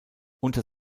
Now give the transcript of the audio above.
unter